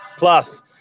Plus